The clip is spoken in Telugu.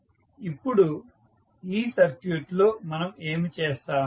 ఇప్పుడు ఈ సర్క్యూట్లో మనం ఏమి చేస్తాము